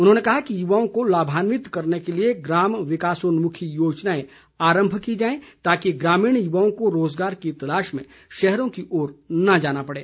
उन्होंने कहा कि युवाओं को लाभान्वित करने के लिए ग्राम विकासोन्नमुखी योजनाएं आरंभ की जाएं ताकि ग्रामीण युवाओं को रोजगार की तलाश में शहरों की ओर न जाना पड़े